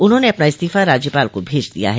उन्होंने अपना इस्तीफा राज्यपाल को भेज दिया है